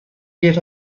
get